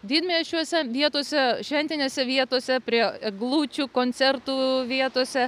didmiesčiuose vietose šventinėse vietose prie eglučių koncertų vietose